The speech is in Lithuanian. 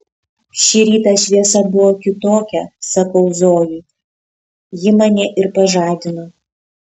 šį rytą šviesa buvo kitokia sakau zojai ji mane ir pažadino